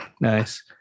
Nice